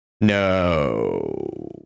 No